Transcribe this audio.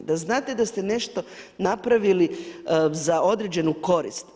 Da znate da ste nešto napravili za određenu koristi.